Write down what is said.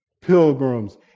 pilgrims